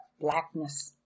blackness